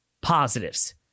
positives